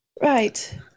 Right